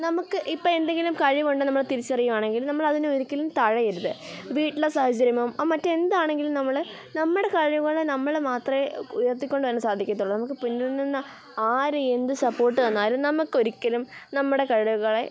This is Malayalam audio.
നമുക്ക് ഇപ്പം എന്തെങ്കിലും കഴിവുണ്ടെന്നു നമ്മൾ തിരിച്ചറിയുകയാണെങ്കിൽ നമ്മളതിനെ ഒരിക്കലും തഴയരുത് വീട്ടിലെ സാഹചര്യമോ മറ്റെന്താണെങ്കിലും നമ്മൾ നമ്മുടെ കഴിവുകളെ നമ്മൾ മാത്രമേ ഉയർത്തി കൊണ്ടു വരാൻ സാധിക്കത്തുള്ളൂ നമുക്കു പിന്നിൽ നിന്ന് ആര് എന്തു സപ്പോട്ട് തന്നാലും നമുക്കൊരിക്കലും നമ്മുടെ കഴിവുക ളെ